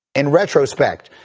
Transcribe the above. in retrospect,